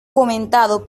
comentado